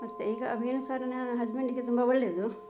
ಮತ್ತು ಈಗ ಮೀನು ಸಾರು ನನ್ನ ಹಸ್ಬೆಂಡಿಗೆ ತುಂಬ ಒಳ್ಳೆಯದು